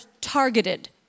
targeted